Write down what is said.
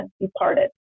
departed